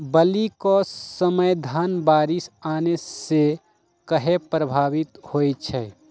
बली क समय धन बारिस आने से कहे पभवित होई छई?